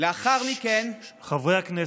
לאחר מכן, חברי הכנסת,